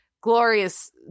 glorious